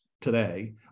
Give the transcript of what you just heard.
today